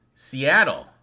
Seattle